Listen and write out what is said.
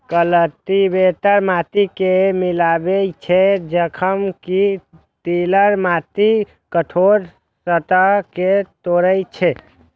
cultivator माटि कें मिलाबै छै, जखन कि टिलर माटिक कठोर सतह कें तोड़ै छै